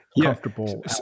comfortable